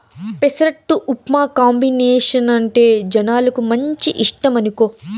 పెసరట్టు ఉప్మా కాంబినేసనంటే జనాలకు మంచి ఇష్టమనుకో